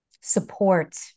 support